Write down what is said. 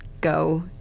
go